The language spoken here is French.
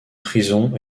prison